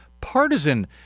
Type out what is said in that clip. partisan